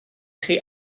chi